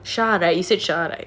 shar right you said shar right